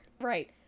Right